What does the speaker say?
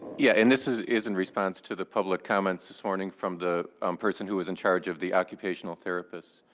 yeah, and this is is in response to the public comments this morning from the um person who was in charge of the occupational therapists.